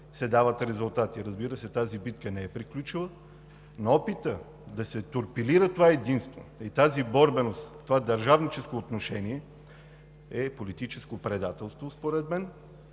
се дават резултати. Разбира се, тази битка не е приключила, но опитът да се торпилира това единство и тази борбеност, това държавническо отношение е политическо предателство според мен